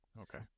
okay